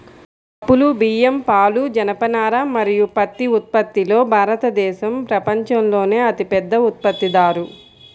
పప్పులు, బియ్యం, పాలు, జనపనార మరియు పత్తి ఉత్పత్తిలో భారతదేశం ప్రపంచంలోనే అతిపెద్ద ఉత్పత్తిదారు